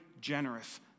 generous